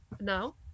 now